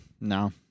No